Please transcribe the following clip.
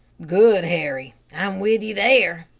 good, harry i'm with you there,